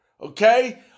okay